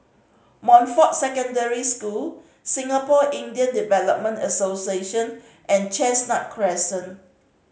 Montfort Secondary School Singapore Indian Development Association and Chestnut Crescent